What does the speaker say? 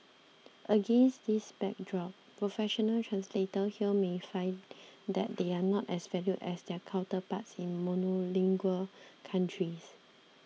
against this backdrop professional translators here may find that they are not as valued as their counterparts in monolingual countries